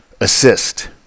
assist